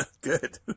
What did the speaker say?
Good